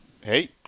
Hey